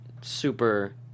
super